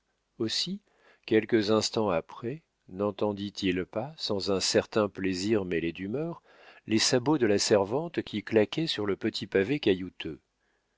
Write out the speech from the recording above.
aussi quelques instants après nentendit il pas sans un certain plaisir mêlé d'humeur les sabots de la servante qui claquaient sur le petit pavé caillouteux